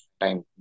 time